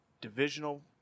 divisional